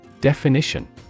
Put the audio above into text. Definition